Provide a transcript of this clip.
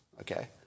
okay